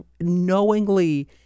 knowingly